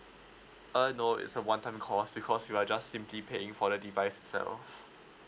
uh no it's a one time cost because you are just simply paying for the device itself